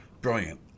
brilliant